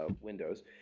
windows